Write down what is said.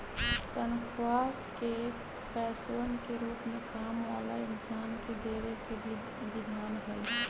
तन्ख्वाह के पैसवन के रूप में काम वाला इन्सान के देवे के विधान हई